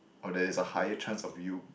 or there's a higher chance of you